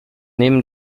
nehmen